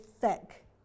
thick